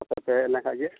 ᱟᱯᱮᱯᱮ ᱦᱮᱡ ᱞᱮᱱᱠᱷᱟᱡ ᱜᱮ